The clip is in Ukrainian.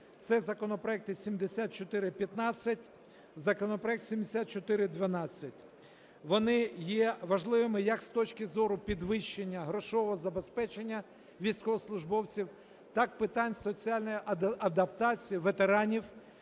це законопроекти 7415, законопроект 7412. Вони є важливими як з точки зору підвищення грошового забезпечення військовослужбовців, так питань соціальної адаптації ветеранів